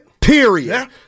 Period